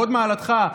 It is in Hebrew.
"הוד מעלתך",